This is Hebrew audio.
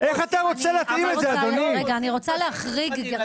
--- איך אתה רוצה להחריג את זה?